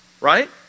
right